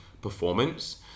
performance